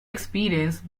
experienced